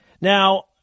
Now